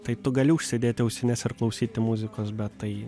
tai tu gali užsidėti ausines ar klausyti muzikos bet tai